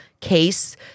case